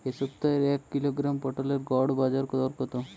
এ সপ্তাহের এক কিলোগ্রাম পটলের গড় বাজারে দর কত?